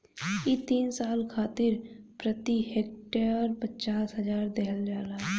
इ तीन साल खातिर प्रति हेक्टेयर पचास हजार देहल जाला